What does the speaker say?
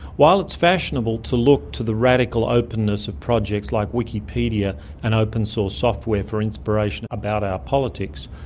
while it's fashionable to look to the radical openness of projects like wikipedia and open source software for inspiration about our politics,